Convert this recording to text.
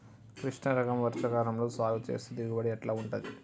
కృష్ణ రకం వర్ష కాలం లో సాగు చేస్తే దిగుబడి ఎట్లా ఉంటది?